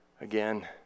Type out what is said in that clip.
again